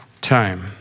time